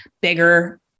bigger